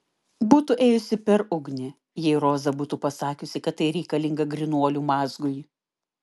būtų ėjusi per ugnį jei roza būtų pasakiusi kad tai reikalinga grynuolių mazgui